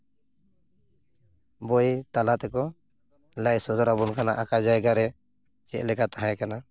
ᱵᱳᱭ ᱛᱟᱞᱟ ᱛᱮᱠᱚ ᱞᱟᱹᱭ ᱥᱚᱫᱚᱨᱟᱵᱚᱱ ᱠᱟᱱᱟ ᱟᱠᱟ ᱡᱟᱭᱜᱟ ᱨᱮ ᱪᱮᱫᱞᱮᱠᱟ ᱛᱟᱦᱮᱠᱟᱱᱟ